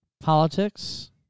politics